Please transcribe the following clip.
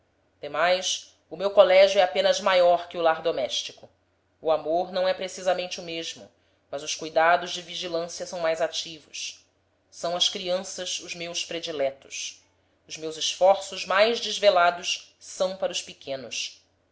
palavra demais o meu colégio é apenas maior que o lar doméstico o amor não é precisamente o mesmo mas os cuidados de vigilância são mais ativos são as crianças os meus prediletos os meus esforços mais desvelados são para os pequenos